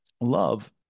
love